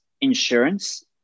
insurance